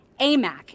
AMAC